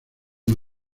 dio